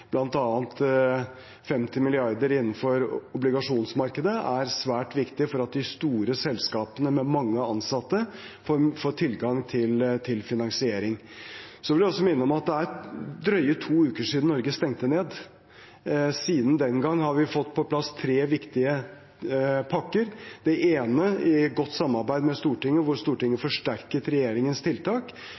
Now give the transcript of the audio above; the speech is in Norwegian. er 50 mrd. kr innenfor obligasjonsmarkedet svært viktig for at de store selskapene med mange ansatte får tilgang til finansiering. Så vil jeg også minne om at det er drøye to uker siden Norge stengte ned. Siden den gang har vi fått på plass tre viktige pakker, den ene i godt samarbeid med Stortinget, der Stortinget forsterket regjeringens tiltak,